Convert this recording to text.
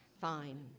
Fine